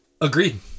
Agreed